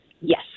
Yes